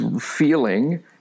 feeling